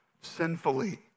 sinfully